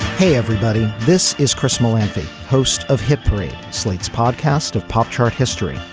hey everybody this is chris mccarthy host of hit parade slate's podcast of pop chart history.